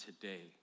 today